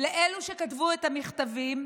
אלו שכתבו את המכתבים,